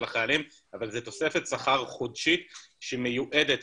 החיילים אבל זה תוספת שכר חודשית שמיועדת